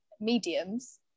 mediums